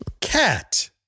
Cat